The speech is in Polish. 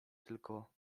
tylko